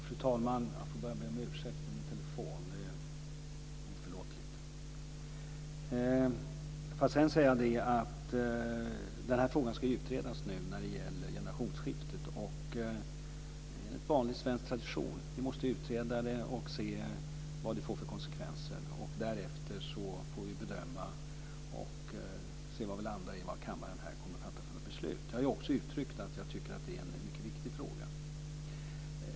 Fru talman! Frågan om generationsskiften ska utredas nu. Det är en vanlig svensk tradition. Frågan måste utredas och man måste se vilka konsekvenserna blir. Därefter får vi se vad vi kommer att landa i och vad kammaren kommer att fatta för beslut. Jag har också uttryckt att jag tycker att det är en mycket viktig fråga.